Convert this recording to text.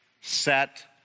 set